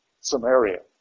Samaria